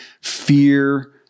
fear